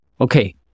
Okay